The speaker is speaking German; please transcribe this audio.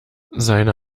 seine